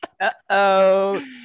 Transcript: Uh-oh